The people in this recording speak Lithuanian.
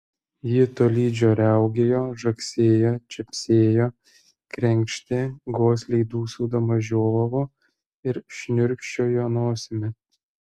ji tolydžio riaugėjo žagsėjo čepsėjo krenkštė gosliai dūsaudama žiovavo ir šniurkščiojo nosimi